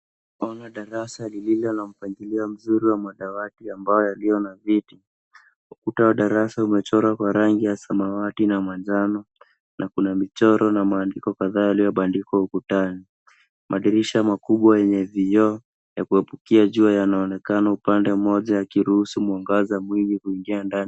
Tunaoana darasa lililo na mpangilio mzuri wa madawati ambayo yaliyo na viti. Ukuta wa darasa umechorwa kwa rangi ya samawati na manjano na kuna michoro na maandiko kadhaa yaliyobandikwa ukutani. Madirisha makubwa yenye vioo ya kuepukia jua yanaonekana upande mmoja yakiruhusu mwangaza mwingi kuingia ndani.